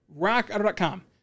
Rockauto.com